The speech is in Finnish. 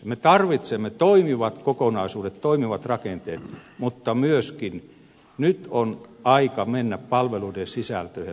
me tarvitsemme toimivat kokonaisuudet toimivat rakenteet mutta nyt on aika mennä myöskin palveluiden sisältöön ja toimintatapoihin